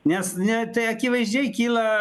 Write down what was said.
nes ne tai akivaizdžiai kyla